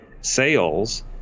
sales